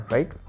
Right